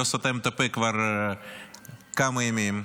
שלא סותם את הפה כבר כמה ימים,